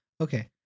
okay